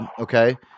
okay